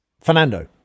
Fernando